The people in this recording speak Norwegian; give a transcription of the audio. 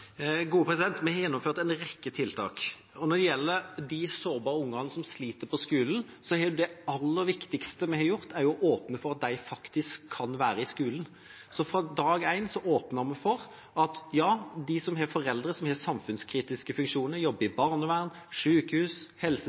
Vi har gjennomført en rekke tiltak. Når det gjelder de sårbare barna som sliter på skolen, er det aller viktigste vi har gjort, å åpne for at de faktisk kan være i skolen. Fra dag én åpnet vi for at ja, de som har foreldre som har samfunnskritiske funksjoner, som jobber i barnevern,